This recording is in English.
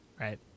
Right